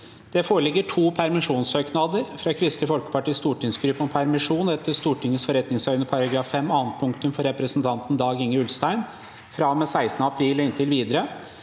Det foreligger to permisjonssøknader: – fra Kristelig Folkepartis stortingsgruppe om permisjon etter Stortingets forretningsorden § 5 andre punktum for representanten Dag-Inge Ulstein fra og med 16. april og inntil videre